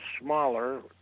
smaller